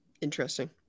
Interesting